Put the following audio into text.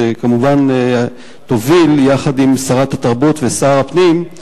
שכמובן תוביל יחד עם שרת התרבות ושר הפנים,